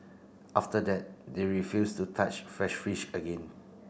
after that they refuse to touch fresh fish again